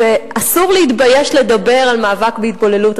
ואסור להתבייש לדבר על מאבק בהתבוללות,